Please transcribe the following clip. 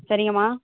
சரிங்கம்மா